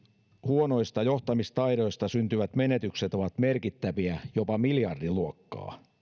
huonoista johtamistaidoista syntyvät menetykset ovat merkittäviä jopa miljardin luokkaa